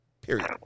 Period